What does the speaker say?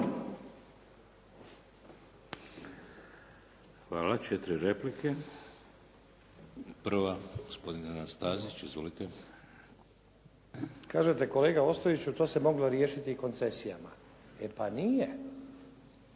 Hvala. Četiri replike. Prva, gospodin Nenad Stazić. Izvolite. **Stazić, Nenad (SDP)** Kažete kolega Ostojiću to se moglo riješiti koncesijama. E pa nije.